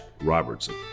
robertson